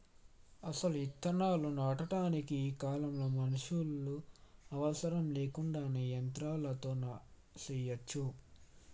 అసలు ఇత్తనాలు నాటటానికి ఈ కాలంలో మనుషులు అవసరం లేకుండానే యంత్రాలతో సెయ్యచ్చు